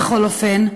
בכל אופן,